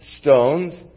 stones